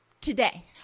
today